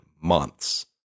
months